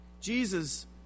Jesus